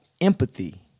empathy